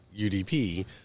UDP